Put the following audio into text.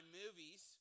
movies